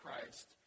Christ